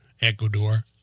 Ecuador